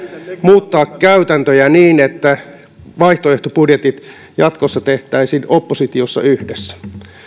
muuttaa käytäntöjä niin että vaihtoehtobudjetit jatkossa tehtäisiin oppositiossa yhdessä